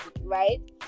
right